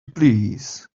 please